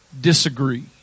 disagree